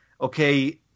okay